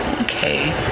Okay